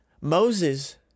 Moses